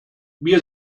wir